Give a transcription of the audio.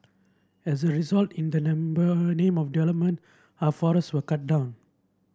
as a result in the number name of development our forests were cut down